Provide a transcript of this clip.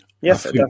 Yes